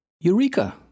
Eureka